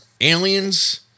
aliens